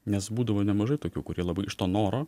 nes būdavo nemažai tokių kurie labai iš to noro